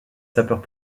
sapeurs